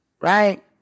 Right